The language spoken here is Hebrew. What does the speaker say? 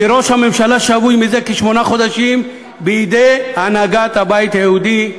כי ראש הממשלה שבוי זה כשמונה חודשים בידי הנהגת הבית היהודי,